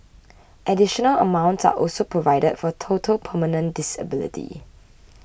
additional amounts are also provided for total permanent disability